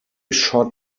shot